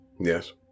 Yes